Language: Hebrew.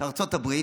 ארצות הברית,